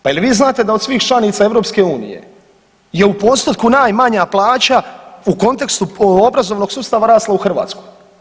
Pa je li vi znate da od svih članica EU je u postotku najmanja plaća u kontekstu obrazovnog sustava rasla u Hrvatskoj.